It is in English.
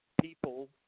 people